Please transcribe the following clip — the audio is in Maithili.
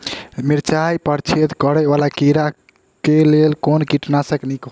मिर्चाय मे छेद करै वला कीड़ा कऽ लेल केँ कीटनाशक नीक होइ छै?